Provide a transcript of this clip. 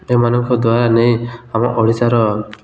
ଏମାନଙ୍କ ଦ୍ୱାରା ନେଇ ଆମ ଓଡ଼ିଶାର